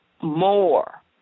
more